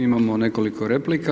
Imamo nekoliko replika.